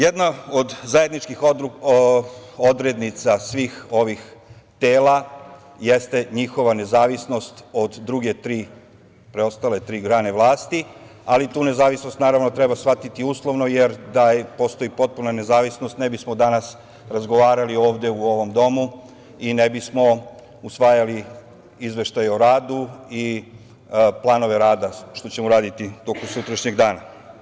Jedna od zajedničkih odrednica svih ovih tela jeste njihova nezavisnost od preostale tri grane vlasti, ali tu nezavisnost naravno treba shvatiti uslovno, jer da postoji potpuna nezavisnost, ne bismo danas razgovarali ovde u ovom domu i ne bismo usvajali izveštaj o radu i planove rada, što ćemo uraditi tokom sutrašnjeg dana.